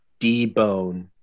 Debone